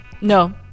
no